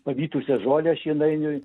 pavytusią žolę šienainiui